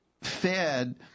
fed